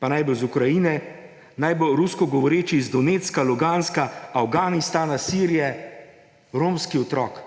pa naj bo iz Ukrajine, naj bo rusko govoreči iz Donetska, Luganska, Afganistana, Sirije, romski otrok.